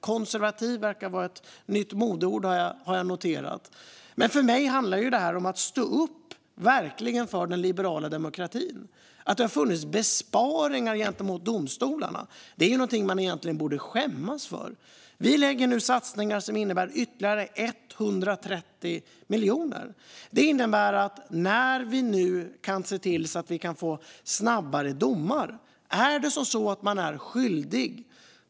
Konservativ verkar vara ett nytt modeord, har jag noterat. För mig handlar det om att verkligen stå upp för den liberala demokratin. Att det har funnits besparingar på domstolarna är någonting man egentligen borde skämmas för. Vi lägger nu fram satsningar som innebär ytterligare 130 miljoner. Det innebär att vi nu kan se till att vi får domar snabbare om det är så att man är skyldig.